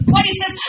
Places